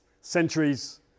centuries